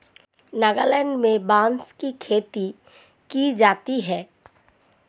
नागालैंड में बांस की खेती की जाती है